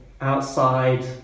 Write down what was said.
outside